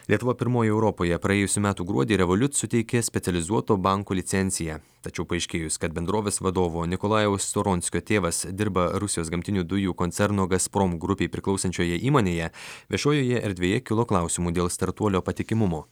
lietuva pirmoji europoje praėjusių metų gruodį revoliut suteikė specializuoto banko licenciją tačiau paaiškėjus kad bendrovės vadovo nikolajaus storonskio tėvas dirba rusijos gamtinių dujų koncerno gasprom grupei priklausančioje įmonėje viešojoje erdvėje kilo klausimų dėl startuolio patikimumo